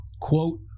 quote